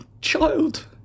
child